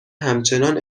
همچنان